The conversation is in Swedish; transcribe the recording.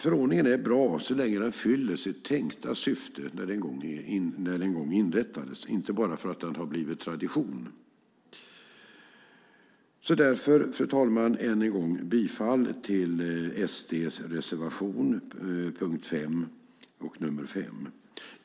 Förordningen är bra så länge den fyller sitt tänkta syfte när den en gång inrättades och inte bara för att den har blivit tradition. Fru talman! Jag yrkar än en gång bifall till SD:s reservation nr 5 under punkten 5.